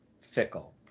fickle